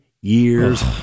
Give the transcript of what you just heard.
years